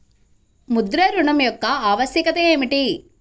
ముద్ర ఋణం యొక్క ఆవశ్యకత ఏమిటీ?